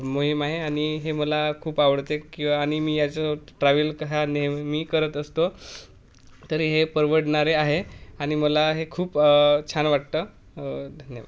मोहीम आहे आणि हे मला खूप आवडते किंवा आणि मी याच ट्रॅव्हल क नेहमी मी करत असतो तरी हे परवडणारे आहे आणि मला हे खूप छान वाटतं